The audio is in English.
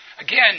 Again